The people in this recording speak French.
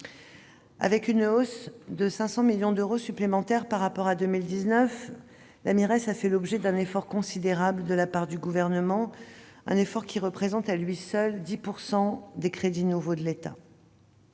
Avec une hausse de 500 millions d'euros par rapport à 2019, la Mires a fait l'objet d'un effort considérable de la part du Gouvernement, un effort qui représente à lui seul 10 % des crédits nouveaux de l'État.